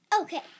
okay